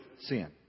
sin